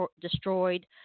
destroyed